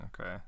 Okay